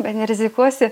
bet nerizikuosi